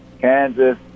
Kansas